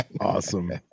Awesome